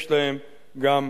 יש להם גם הערות,